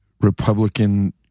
Republican